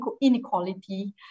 inequality